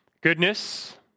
Goodness